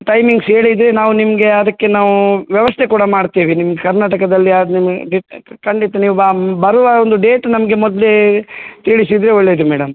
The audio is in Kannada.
ಟೈಮಿಂಗ್ಸ್ ಹೇಳಿದರೆ ನಾವು ನಿಮಗೆ ಅದಕ್ಕೆ ನಾವು ವ್ಯವಸ್ಥೆ ಕೂಡ ಮಾಡ್ತೀವಿ ನಿಮ್ಮ ಕರ್ನಾಟಕದಲ್ಲಿ ಖಂಡಿತ ನೀವು ಬರುವ ಒಂದು ಡೇಟ್ ನಮಗೆ ಮೊದಲೇ ತಿಳಿಸಿದರೆ ಒಳ್ಳೇದು ಮೇಡಮ್